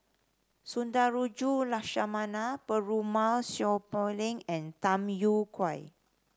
Sundarajulu Lakshmana Perumal Seow Poh Leng and Tham Yui Kai